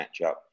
matchup